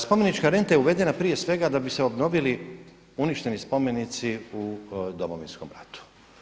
Spomenička renta je uvedena prije svega da bi se obnovili uništeni spomenici u Domovinskom ratu.